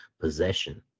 possession